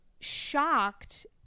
shocked